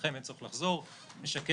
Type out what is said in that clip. הצעת חוק הכנסת (תיקון מס' 49),